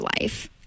life